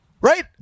Right